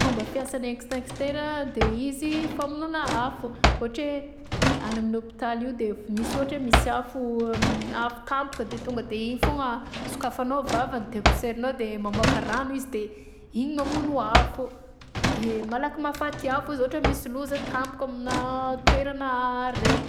Fomba fiasa ny extinctera de izy famonoana afo ôhatra hoe agny amy hôpitaly io de misy ohatra de ôhatra hoe misy afo a- avy tampoka de tonga de igny foagna sokafanao vavany de poserinao de mamôaka rano izy de igny mamono afo, de, malaky mahafaty afo izy ôhatra hoe misy loza tampoka aminà toeragna raiky.